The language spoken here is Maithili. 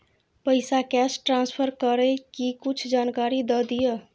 पैसा कैश ट्रांसफर करऐ कि कुछ जानकारी द दिअ